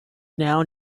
now